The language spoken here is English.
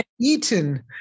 eaten